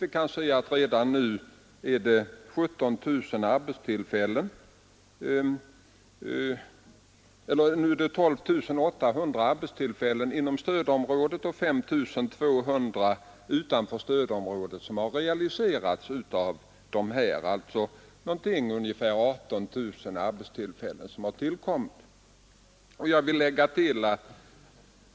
Vi kan redan se att det är 12 800 arbetstillfällen inom stödområdet och 5 200 utanför stödområdet, alltså tillsammans ungefär 18 000 arbetstillfällen, som har tillkommit.